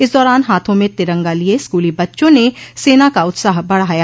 इस दौरान हाथो में तिरंगा लिये स्कूली बच्चों ने सेना का उत्साह बढ़ाया